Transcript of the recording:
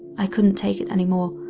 i couldn't take it anymore,